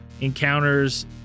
encounters